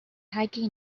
hiking